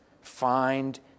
Find